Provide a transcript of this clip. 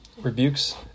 rebukes